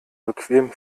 bequem